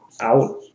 out